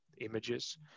images